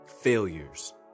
failures